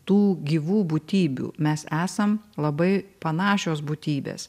tų gyvų būtybių mes esam labai panašios būtybės